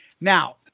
Now